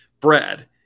Brad